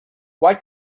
why